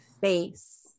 face